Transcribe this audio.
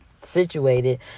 situated